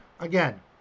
Again